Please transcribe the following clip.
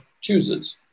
chooses